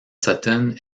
sutton